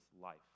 life